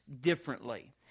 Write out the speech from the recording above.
differently